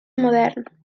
modern